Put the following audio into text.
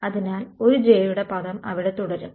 അതിനാൽ ഒരു j യുടെ പദം അവിടെ തുടരും